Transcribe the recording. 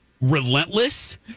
Relentless